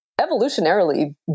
evolutionarily